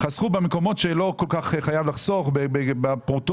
חסכו במקומות שבהם לא חייבים לחסוך, בפרוטות.